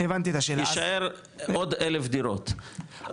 יישארו עוד אלף דירות,